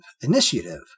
initiative